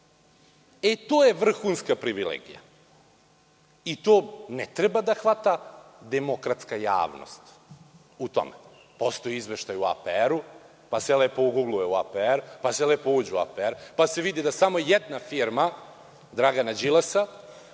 To je vrhunska privilegija. To ne treba da hvata demokratska javnost u tome. Postoji izveštaj u APR, pa se lepo ugugluje APR, pa se lepo uđe u APR, pa se vidi da je samo jedna firma Dragana Đilasa,